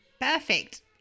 perfect